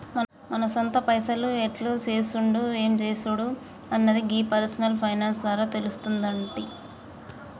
మన సొంత పైసలు ఎట్ల చేసుడు ఎం జేసుడు అన్నది గీ పర్సనల్ ఫైనాన్స్ ద్వారా తెలుస్తుందంటి